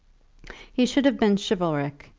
he should have been chivalric,